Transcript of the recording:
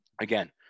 again